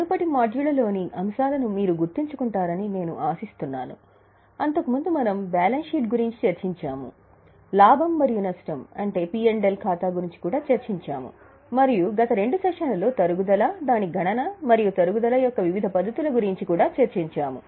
మునుపటి మాడ్యూళ్ళ లోని అంశాలను మీరు గుర్తుంచుకుంటారని నేను ఆశిస్తున్నాను అంతకుముందు మనము బ్యాలెన్స్ షీట్ గురించి చర్చించాము లాభం మరియు నష్టం ఖాతా గురించి కూడా చర్చించాము మరియు గత రెండు సెషన్లలో తరుగుదల దాని గణన మరియు తరుగుదల యొక్క వివిధ పద్ధతుల గురించి కూడా చర్చించాము